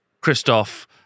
Christoph